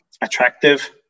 attractive